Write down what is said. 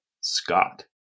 Scott